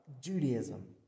Judaism